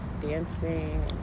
dancing